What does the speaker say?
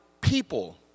people